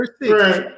Right